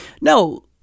no